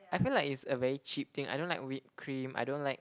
I feel like it's a very cheap thing I don't like whipped cream I don't like